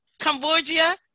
Cambodia